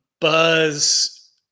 buzz